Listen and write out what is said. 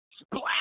Splash